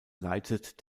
leitet